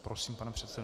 Prosím, pane předsedo.